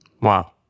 wow